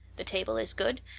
the table is good,